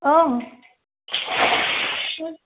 অঁ